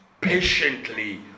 patiently